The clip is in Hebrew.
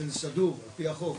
באופן סדור על פי החוק